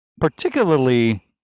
Particularly